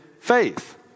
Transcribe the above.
faith